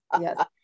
Yes